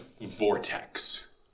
vortex